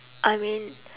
I mean